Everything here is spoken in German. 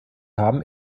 haben